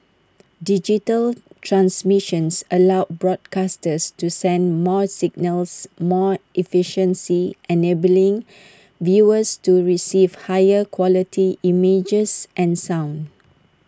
digital transmissions allow broadcasters to send more signals more efficiency enabling viewers to receive higher quality images and sound